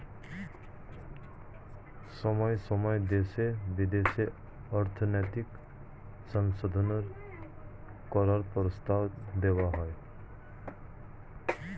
সময়ে সময়ে দেশে বিদেশে অর্থনৈতিক সংশোধন করার প্রস্তাব দেওয়া হয়